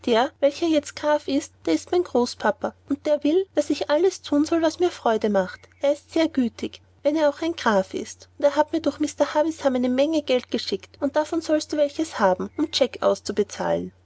welcher jetzt graf ist der ist mein großpapa und der will daß ich alles thun soll was mir freude macht er ist sehr gütig wenn er auch ein graf ist und er hat mir durch mr havisham eine menge geld geschickt und davon sollst du welches haben um jack auszubezahlen